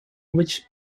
which